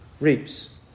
reaps